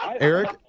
Eric